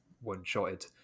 one-shotted